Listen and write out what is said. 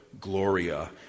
gloria